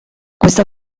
questa